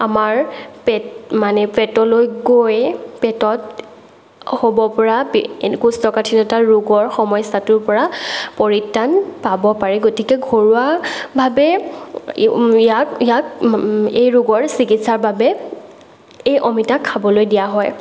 আমাৰ পেট মানে পেটলৈ গৈ পেটত হ'ব পৰা কৌষ্ঠকাঠিন্যতা ৰোগৰ সমস্যাটোৰ পৰা পৰিত্ৰাণ পাব পাৰি গতিকে ঘৰুৱাভাৱে ইয়াক ইয়াক এই ৰোগৰ চিকিৎসাৰ বাবে এই অমিতা খাবলৈ দিয়া হয়